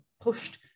pushed